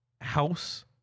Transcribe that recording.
house